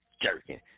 jerking